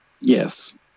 Yes